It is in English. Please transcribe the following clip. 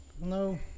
No